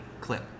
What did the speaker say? clip